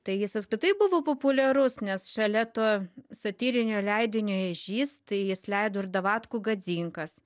tai jis apskritai buvo populiarus nes šalia to satyrinio leidinio ežys tai jis leido ir davatkų gadzinkas